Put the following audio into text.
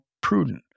prudent